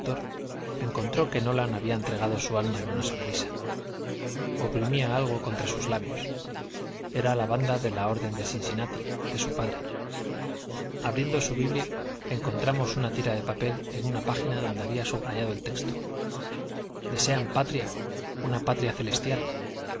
encontró que nolan había entregado su alma en una sonrisa oprimía algo contra sus labios era la banda de la orden de cincinnati de su padre abriendo su biblia encontramos una tira de papel en una página donde había subrayado el texto desean patria una patria celestial